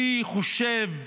אני חושב,